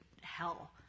hell